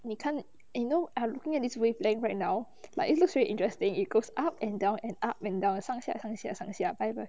你看 eh you know I'm looking at this wavelength right now like it looks very interesting it goes up and down and up and down 上下上下上下 like a